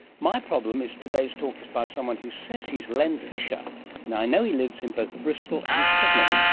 my problem is today's talk is by someone who says he's len fisher and i know he lives in both bristol and sydney,